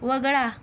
वगळा